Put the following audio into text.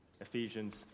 Ephesians